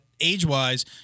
age-wise